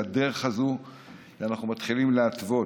לדרך הזאת שאנחנו מתחילים להתוות.